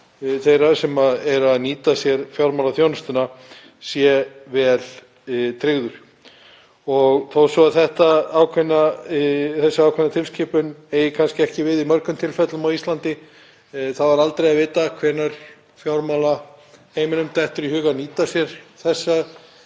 þeirra sem nýta sér fjármálaþjónustu sé vel tryggður. Þó svo að þessi ákveðna tilskipun eigi kannski ekki við í mörgum tilfellum á Íslandi er aldrei að vita hvenær fjármálaheiminum dettur í hug að nýta sér þetta